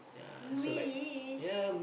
movies